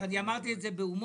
אני אמרתי את זה בהומור,